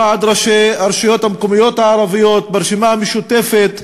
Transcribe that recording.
ועד ראשי הרשויות המקומיות הערביות ברשימה המשותפת,